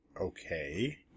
Okay